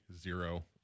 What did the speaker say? zero